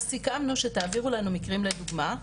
אז סיכמנו שתעבירי לנו מקרים לדוגמא,